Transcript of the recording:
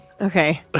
Okay